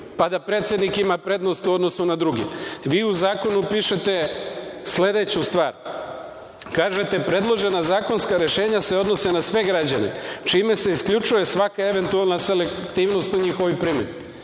pa da predsednik ima prednost u odnosu na druge. Vi u zakonu pišete sledeću stvar. Kažete – predložena zakonska rešenja se odnose na sve građane čime se isključuje svaka eventualna selektivnost u njihovoj